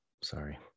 Sorry